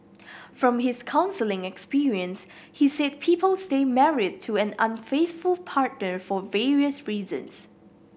from his counselling experience he said people stay married to an unfaithful partner for various reasons